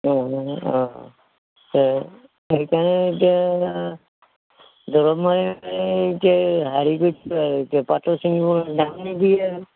অঁ অঁ অঁ সেইকাৰণে এতিয়া দৰৱ মানি পাতটো ছিঙিব